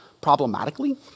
problematically